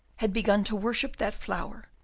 had begun to worship that flower,